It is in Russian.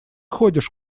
ходишь